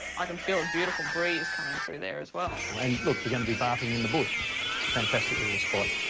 i can feel a beautiful breeze coming through there as well. and look, you're gonna be bathing in the bush. it's a fantastic little spot.